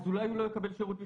אולי הוא לא יקבל שירות בכלל.